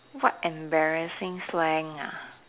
what embarrassing slang ah